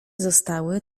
zostały